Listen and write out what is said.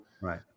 Right